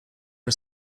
are